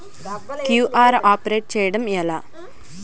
QR update చేయడం ఎలా?